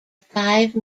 five